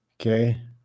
Okay